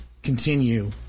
continue